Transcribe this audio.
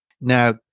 Now